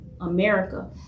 America